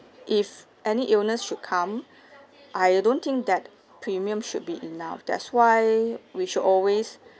if any illness should come I don't think that premiums should be enough that's why we should always